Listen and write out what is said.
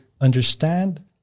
understand